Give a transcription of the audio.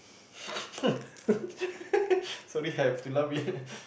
sorry I have to laugh a bit